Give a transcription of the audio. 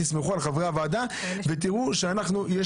תסמכו על חברי הוועדה ותראו שאנחנו יש